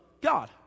God